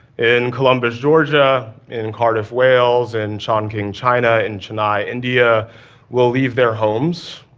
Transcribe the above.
in columbus, georgia, in cardiff, wales, in chongqing, china, in chennai, india will leave their homes,